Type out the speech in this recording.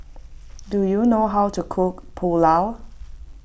do you know how to cook Pulao